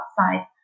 outside